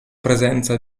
presenza